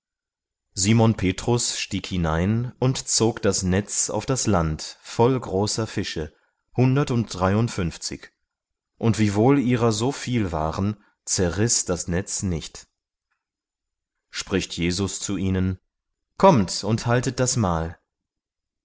simon petrus stieg hinein und zog das netz auf das land voll großer fische hundert und dreiundfünfzig und wiewohl ihrer so viel waren zerriß das netz nicht spricht jesus zu ihnen kommt und haltet das mahl